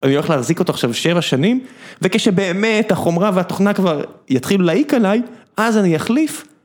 אני הולך להחזיק אותו עכשיו שבע שנים וכשבאמת החומרה והתוכנה כבר יתחילו להעיק עליי, אז אני אחליף.